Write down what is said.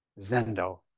zendo